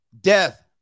death